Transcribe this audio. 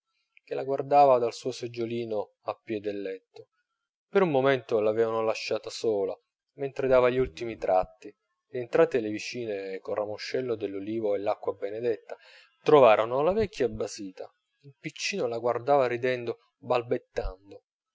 che la guardava dal suo seggiolino appiè del letto per un momento l'avevano lasciata sola mentre dava gli ultimi tratti rientrate le vicine col ramoscello dell'olivo e l'acqua benedetta trovarono la vecchia basita il piccino la guardava ridendo balbettando